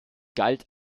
galt